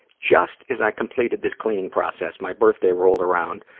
just as i completed this cleaning process, my birthday rolled around.